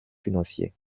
financier